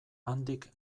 handik